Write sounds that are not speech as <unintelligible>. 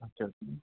<unintelligible>